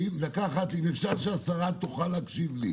אפשר שהשרה תוכל להקשיב לי.